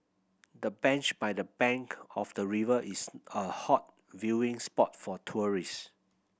the bench by the bank of the river is a hot viewing spot for tourist